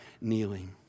kneeling